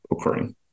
occurring